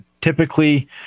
typically